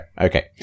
Okay